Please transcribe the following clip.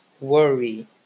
worry